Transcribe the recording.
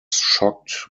shocked